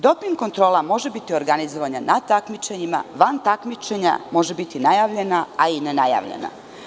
Doping kontrola može biti organizovana na takmičenjima, van takmičenja, može biti najavljena, ali i nenajavljena.